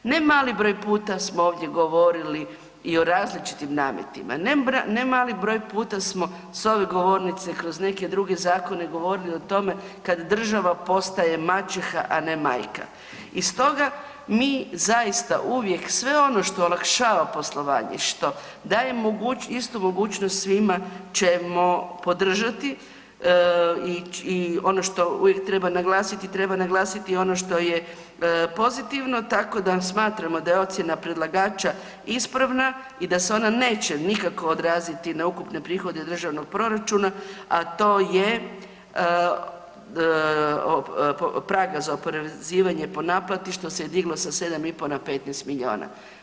Nemali broj puta smo ovdje govorili i o različitim nametima, nemali broj puta smo s ove govornice kroz neke druge zakone govorili o tome kada država postaje maćeha, a ne majka i stoga mi zaista uvijek sve ono što olakšava poslovanje, što daje istu mogućnost svima ćemo podržati i ono što uvijek treba naglasiti, treba naglasiti ono što je pozitivno, tako da smatramo da je ocjena predlagača ispravna i da se ona neće nikako odraziti na ukupne prihode državnog proračuna, a to je prag za oporezivanje po naplati što se je diglo sa 7,5 na 15 milijuna.